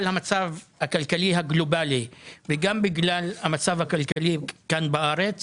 המצב הכלכלי הגלובלי וגם בגלל המצב הכלכלי כאן בארץ